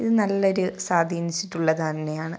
ഇത് നല്ല ഒരു സ്വാധീനിച്ചിട്ടുള്ളത് തന്നെയാണ്